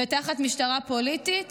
ותחת משטרה פוליטית,